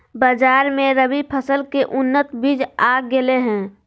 बाजार मे रबी फसल के उन्नत बीज आ गेलय हें